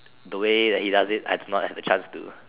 the way that he does it I do not have the chance to